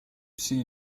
sea